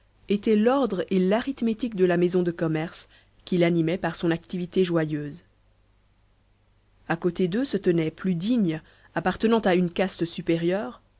était l'ordre et l'arithmétique de la maison de commerce qu'il animait par son activité joyeuse a côté d'eux se tenait plus digne appartenant à une caste supérieure